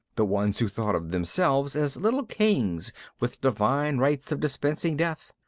the ones who thought of themselves as little kings with divine rights of dispensing death,